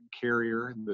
carrier